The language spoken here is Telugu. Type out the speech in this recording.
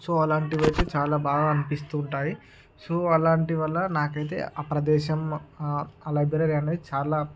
సో అలాంటివైతే చాలా బాగా అనిపిస్తూ ఉంటాయి సో అలాంటివల్ల నాకైతే ఆ ప్రదేశం ఆ లైబ్రరీ అనేది చాలా